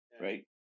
right